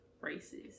races